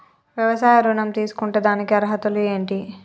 వ్యవసాయ ఋణం తీసుకుంటే దానికి అర్హతలు ఏంటి?